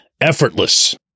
effortless